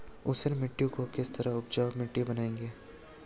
ऊसर मिट्टी को किस तरह उपजाऊ मिट्टी बनाएंगे?